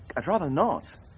i'd rather not.